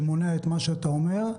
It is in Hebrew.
שמונע את מה שאתה אומר.